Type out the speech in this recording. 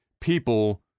people